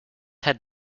had